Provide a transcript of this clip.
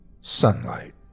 sunlight